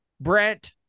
Brent